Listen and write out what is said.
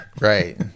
right